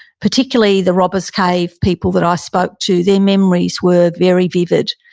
particularly, the robbers cave people that i spoke to, their memories were very vivid.